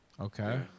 Okay